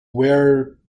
wear